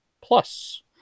plus